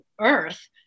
earth